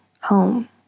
home